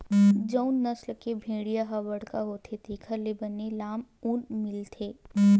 जउन नसल के भेड़िया ह बड़का होथे तेखर ले बने लाम ऊन मिलथे